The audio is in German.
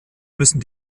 müssen